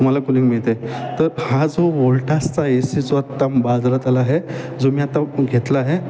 तुम्हाला कुलिंग मिळते तर हा जो वलठास्ता एसी जो आत्ता बाजरात आला आहे जो मी आता घेतला आहे